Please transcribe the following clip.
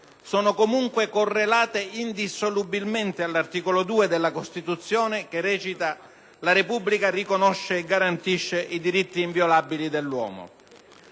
sono comunque correlate indissolubilmente all'articolo 2 della Costituzione, che recita: «La Repubblica riconosce e garantisce i diritti inviolabili dell'uomo».